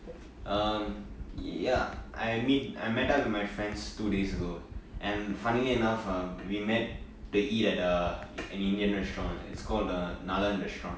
um ya I meet I met up with my friends two days ago and funnily enough uh we met to eat at an indian restaurant it's called uh nalan restaurant